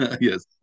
Yes